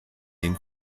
den